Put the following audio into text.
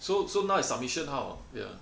so so now is submission how ya